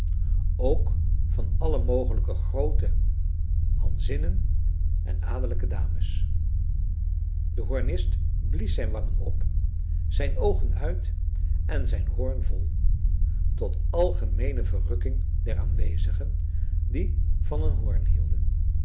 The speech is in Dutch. ook van alle mogelijke groote hanzinnen en adellijke dames de hoornist blies zijn wangen op zijn oogen uit en zijn hoorn vol tot algemeene verrukking der aanwezigen die van een hoorn hielden